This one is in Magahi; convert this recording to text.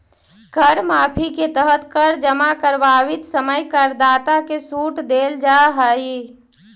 कर माफी के तहत कर जमा करवावित समय करदाता के सूट देल जाऽ हई